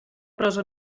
prosa